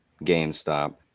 GameStop